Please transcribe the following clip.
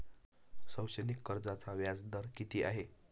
शैक्षणिक कर्जाचा व्याजदर किती आहे?